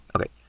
Okay